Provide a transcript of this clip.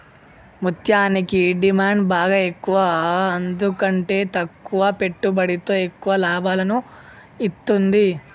ముత్యనికి డిమాండ్ బాగ ఎక్కువ ఎందుకంటే తక్కువ పెట్టుబడితో ఎక్కువ లాభాలను ఇత్తుంది